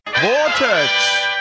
Vortex